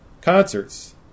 concerts